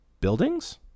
buildings